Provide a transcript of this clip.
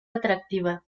atractiva